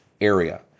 area